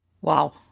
Wow